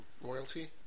Royalty